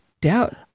doubt